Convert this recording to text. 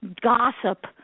gossip